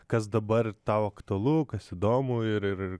kas dabar tau aktualu kas įdomu ir